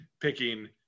picking